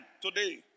today